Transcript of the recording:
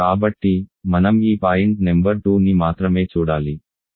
కాబట్టి మనం ఈ పాయింట్ నెంబర్ 2ని మాత్రమే చూడాలి